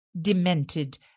demented